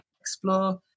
explore